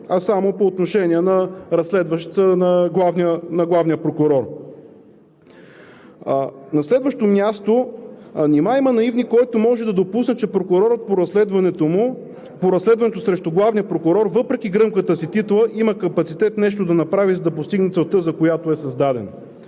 а само по отношение на разследващ на главния прокурор? На следващо място. Нима има наивник, който може да допусне, че прокурорът по разследване срещу главния прокурор, въпреки гръмката си титла, има капацитет нещо да направи, за да постигне целта, за която е създаден.